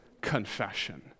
confession